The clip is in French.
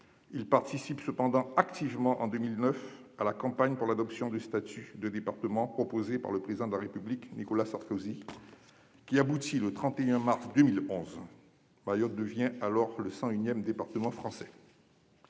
participe cependant activement en 2009 à la campagne pour l'adoption du statut de département, proposé par le Président de la République Nicolas Sarkozy, laquelle aboutit le 31 mars 2011, date à laquelle Mayotte devient le cent unième département français.